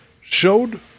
showed